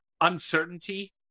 Uncertainty